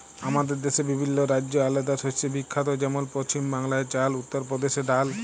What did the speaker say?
আমাদের দ্যাশে বিভিল্ল্য রাজ্য আলেদা শস্যে বিখ্যাত যেমল পছিম বাংলায় চাল, উত্তর পরদেশে ডাল